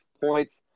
points